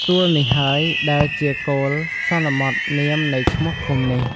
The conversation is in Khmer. ទួលនេះហើយ ដែលជាគោលសន្មតនាមនៃឈ្មោះឃុំនេះ ។